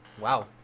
Wow